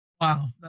Wow